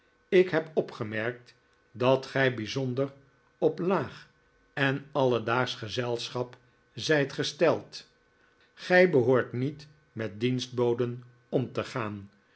ik heb opgemerkt dat gij bijzonder op laag en alledaagsch ge de vacantie is gelukkig ten einde zelschap zijt gesteld gij behoort niet met dienstboden om te gaan